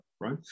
right